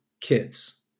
kids